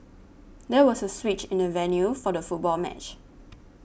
there was a switch in the venue for the football match